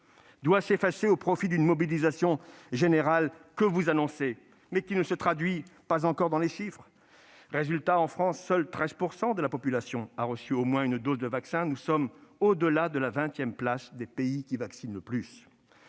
doit s'effacer au profit d'une mobilisation générale que vous annoncez, mais qui ne se traduit pas encore dans les chiffres. Voici le résultat : en France, seule 13 % de la population a reçu au moins une dose de vaccin. Nous sommes au-delà de la vingtième place des pays qui vaccinent le plus.